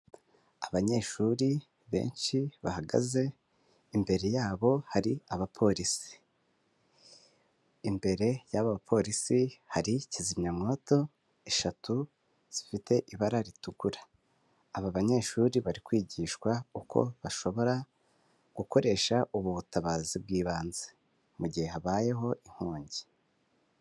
Abanyeshuri benshi bahagaze imbere yabo hari abapolisi imbere y'aba bapolisi hari kizimyamwoto eshatu zifite ibara ritukura, aba banyeshuri bari kwigishwa uko bashobora gukoresha ubu butabazi bw'ibanze mu gihe habayeho inkongi.